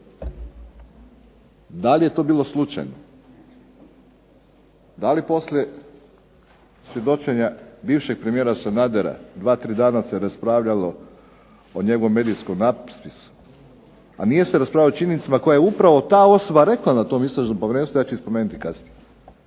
Da li je to bilo slučajno, da li poslije svjedočenja bivšeg premijera Sanadera dva-tri dana se raspravljalo o njegovom medijskom napisu, a nije se raspravljalo o činjenicama koje je upravo ta osoba rekla na tom istražnom povjerenstvu, ja ću ih spomenuti kasnije.